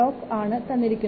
C ആണ് തന്നിരിക്കുന്നത്